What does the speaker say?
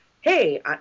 hey